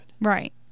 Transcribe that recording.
right